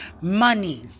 money